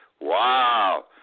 Wow